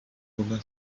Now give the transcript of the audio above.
una